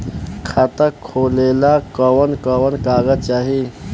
खाता खोलेला कवन कवन कागज चाहीं?